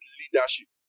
leadership